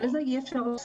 ולזה אי אפשר להסכים.